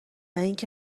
اینکه